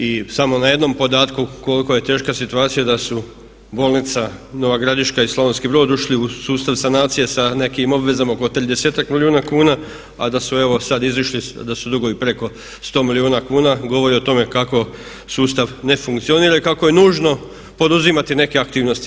I samo na jednom podatku koliko je teška situacija da su bolnica Nova Gradiška i Slavonski Brod ušli u sustav sanacije sa nekim obvezama oko 30-tak milijuna kuna a da su evo sad izašli, da su dugovi preko 100 milijuna kuna, govori o tome kako sustav ne funkcionira i kako je nužno poduzimati neke aktivnosti.